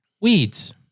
weeds